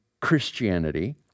christianity